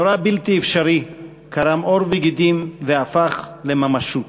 מאורע בלתי אפשרי קרם עור וגידים והפך לממשות.